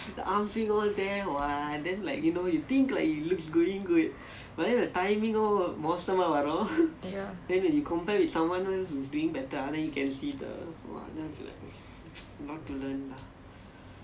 ya